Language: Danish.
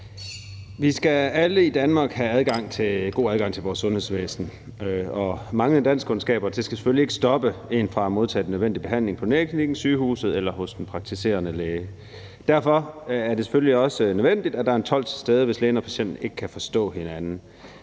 Vi skal alle i Danmark have god adgang til vores sundhedsvæsen, og manglende danskkundskaber skal selvfølgelig ikke stoppe en fra at modtage den nødvendige behandling på privatklinikken, sygehuset eller hos den praktiserende læge. Derfor er det selvfølgelig også nødvendigt, at der er en tolk til stede, hvis lægen og patienten ikke kan forstå hinanden.